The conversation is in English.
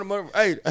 Hey